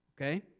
okay